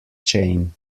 chain